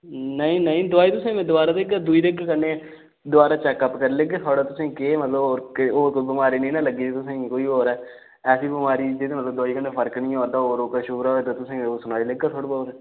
नेईं नेईं दवाई तुसेंगी मैं दबारा देगा दूई देगा कन्नै दबारा चैकअप करी लैगे थुआढ़ा तुसेंगी केह् मतलब होर होई कोई बमारी नेईं ना लग्गी दी तुसेंगी कोई होर ऐ ऐसी बमारी जेह्दे मतलब दवाई कन्नै फर्क नेईं होआ दा होऐ